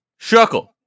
Shuckle